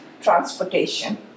transportation